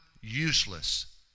useless